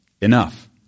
Enough